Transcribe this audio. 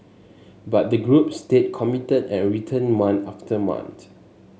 but the group stayed committed and returned month after month